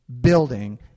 Building